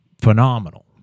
phenomenal